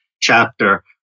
chapter